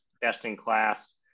best-in-class